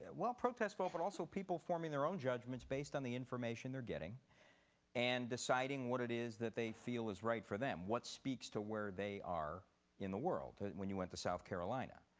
well, protest vote but also people forming their own judgments based on the information they're getting and deciding what it is that they feel is right for them. what speaks to where they are in the world. when you went to south carolina,